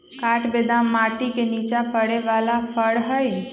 काठ बेदाम माटि के निचा फ़रे बला फ़र हइ